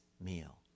meal